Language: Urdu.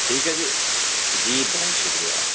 ٹھیک ہے جی جی بہت شکریہ